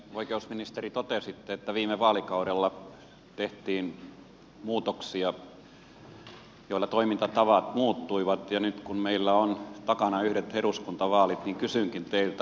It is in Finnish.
oikeusministeri totesitte että viime vaalikaudella tehtiin muutoksia joilla toimintatavat muuttuivat ja nyt kun meillä on takana yhdet eduskuntavaalit niin kysynkin teiltä